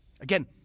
Again